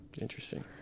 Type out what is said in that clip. interesting